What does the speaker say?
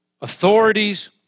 authorities